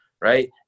right